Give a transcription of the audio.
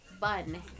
Bun